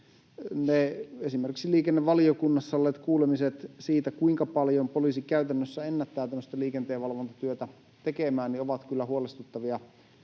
esimerkiksi liikennevaliokunnassa olleet kuulemiset siitä, kuinka paljon poliisi käytännössä ennättää tämmöistä liikenteenvalvontatyötä tekemään, ovat kyllä huolestuttavia